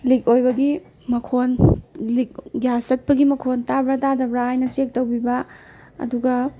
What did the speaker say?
ꯂꯤꯛ ꯑꯣꯏꯕꯒꯤ ꯃꯈꯣꯟ ꯂꯤꯛ ꯒ꯭ꯌꯥꯁ ꯆꯠꯄꯒꯤ ꯃꯈꯣꯟ ꯇꯥꯕ꯭ꯔꯥ ꯇꯥꯗꯕ꯭ꯔꯥ ꯍꯥꯏꯅ ꯆꯦꯛ ꯇꯧꯕꯤꯕ ꯑꯗꯨꯒ